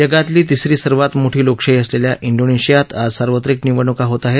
जगातली तिसरी सर्वात मोठी लोकशाही असलेल्या इंडोनेशियात आज सार्वत्रिक निवडणूका होत आहेत